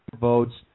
votes